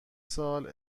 سال